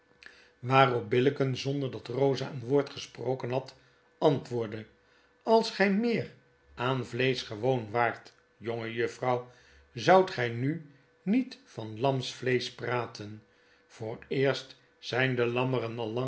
waarop billicken zonder dat eosa een woord gesproken had antwoordde als gy meer aan vleesch gewoon waart jongejuffrouw zoudt gy nu niet van lamsvleesch praten vooreerst zijn de lammeren al